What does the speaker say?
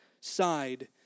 side